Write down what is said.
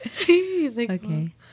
okay